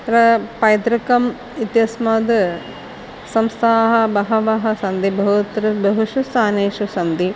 अत्र पैतृकम् इत्यस्मात् संस्थाः बहवः सन्ति बहुत्र बहुषु स्थानेषु सन्ति